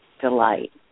delight